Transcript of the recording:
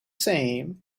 same